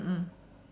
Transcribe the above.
mm mm